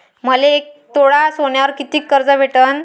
मले एक तोळा सोन्यावर कितीक कर्ज भेटन?